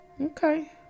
Okay